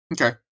Okay